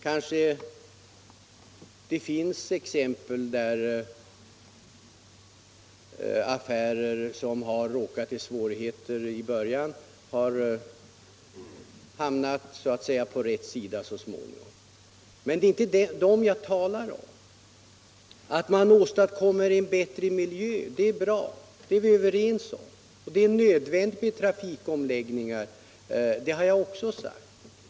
Ja, det finns säkert exempel på affärsmän som i början av en trafikomläggning haft svårigheter men som småningom har hamnat så att säga på rätt sida. Men det är inte dem jag talar om. Att man åstadkommer en bättre miljö är bra, det är vi överens om. Att det är nödvändigt med trafikomläggningar har jag också sagt.